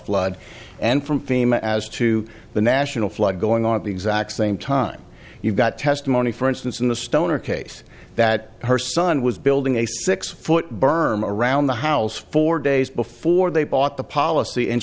flood and from fema as to the national flood going on at the exact same time you've got testimony for instance in the stoner case that her son was building a six foot berm around the house four days before they bought the policy and